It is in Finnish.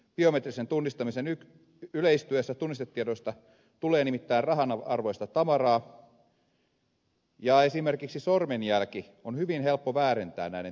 biometrisen tunnistamisen yleistyessä tunnistetiedoista tulee nimittäin rahanarvoista tavaraa ja esimerkiksi sormenjälki on hyvin helppo väärentää näiden tietojen perusteella